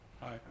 Hi